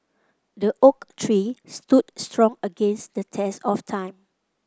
the oak tree stood strong against the test of time